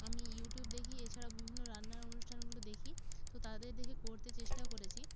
আমি ইউটিউব দেখি এছাড়াও বিভিন্ন রান্নার অনুষ্ঠানগুলো দেখি তো তাদের দেখে করতে চেষ্টাও করেছি